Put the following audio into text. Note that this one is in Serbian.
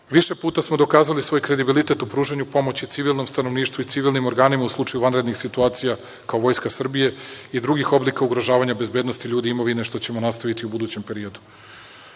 Više puta smo dokazali svoj kredibilitet u pružanju pomoći civilnom stanovništvu i civilnim organima u slučaju vanrednih situacija kao Vojska Srbije i drugih oblika ugrožavanja bezbednosti ljudi imovine, što ćemo nastaviti u budućem periodu.U